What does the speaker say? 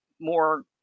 more